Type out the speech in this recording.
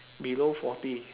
below forty